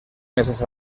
meses